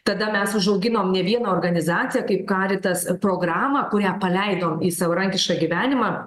tada mes užauginom ne vieną organizaciją kaip caritas programą kurią paleidom į savarankišką gyvenimą